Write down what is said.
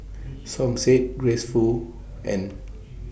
Som Said Grace Fu and